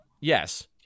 Yes